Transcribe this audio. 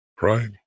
Right